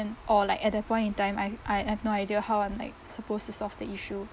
then or like at that point in time I I have no idea how I'm like supposed to solve the issue